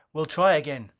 we'll try again.